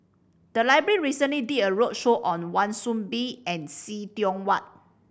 the library recently did a roadshow on Wan Soon Bee and See Tiong Wah